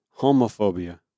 homophobia